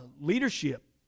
leadership